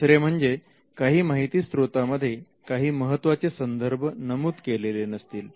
तिसरे म्हणजे काही माहिती स्त्रोतांमध्ये काही महत्त्वाचे संदर्भ नमूद केलेले नसतील